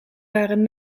waren